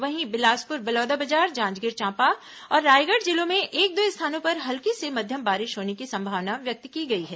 वहीं बिलासपुर बलौदाबाजार जांजगीर चांपा और रायगढ़ जिलों में एक दो स्थानों पर हल्की से मध्यम बारिश होने की संभावना व्यक्त की है